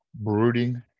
brooding